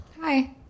Hi